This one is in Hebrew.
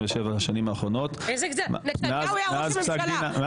השנים האחרונות מאז פסק דין המזרחי --- איזו גזלה?